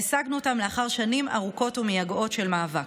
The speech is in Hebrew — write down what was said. והשגנו אותם לאחר שנים ארוכות ומייגעות של מאבק.